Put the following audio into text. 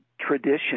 tradition